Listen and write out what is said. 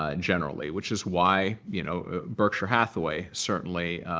ah generally, which is why you know berkshire hathaway, certainly,